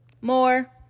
More